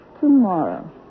Tomorrow